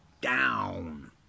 down